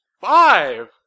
Five